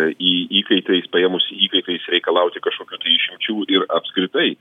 į įkai tais paėmus įkaitais reikalauti kažkokių tai išimčių ir apskritai